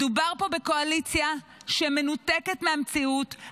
מדובר פה בקואליציה שמנותקת מהמציאות,